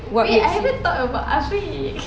eh I haven't talk about azri